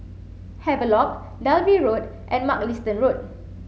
Havelock Dalvey Road and Mugliston Road